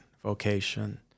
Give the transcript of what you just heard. vocation